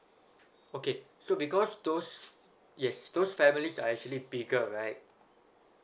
okay so because those yes those families are actually bigger right